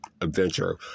adventure